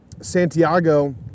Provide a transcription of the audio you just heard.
Santiago